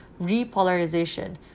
Repolarization